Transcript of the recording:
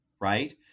right